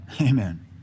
Amen